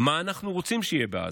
מה אנחנו רוצים שיהיה בעזה?